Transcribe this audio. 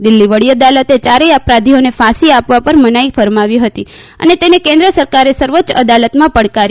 દિલ્હી વડી અદાલતે ચારેથ અપરાધીઓને ફાંસી આપવા પર મનાઈ ફરમાવી હતી તેને કેન્દ્ર સરકારે સર્વોચ્ય અદાલતમાં પડકારી છે